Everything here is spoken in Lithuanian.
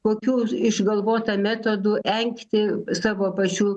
kokių išgalvota metodų engti savo pačių